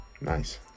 Nice